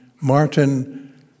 Martin